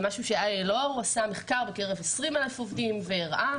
זה משהו ש-ILO עשה מחקר בקרב 20,000 עובדים והראה